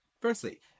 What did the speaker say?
Firstly